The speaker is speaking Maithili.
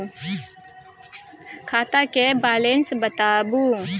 खाता के बैलेंस बताबू?